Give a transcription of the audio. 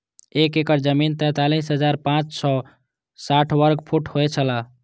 एक एकड़ जमीन तैंतालीस हजार पांच सौ साठ वर्ग फुट होय छला